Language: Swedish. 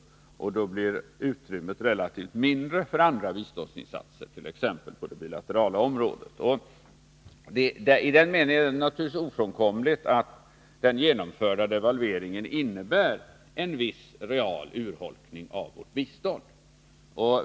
Då blir utrymmet relativt mindre för andra biståndsinsatser, t.ex. på det bilaterala området. I den meningen är det naturligtvis ofrånkomligt att den genomförda devalveringen innebär en viss real urholkning av vårt bistånd.